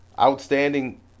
Outstanding